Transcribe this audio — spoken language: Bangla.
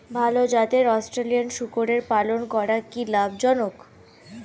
ভাল জাতের অস্ট্রেলিয়ান শূকরের পালন করা কী লাভ জনক?